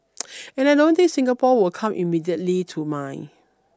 and I don't think Singapore will come immediately to mind